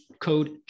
code